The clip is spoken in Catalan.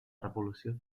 revolució